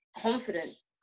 confidence